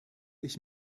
ich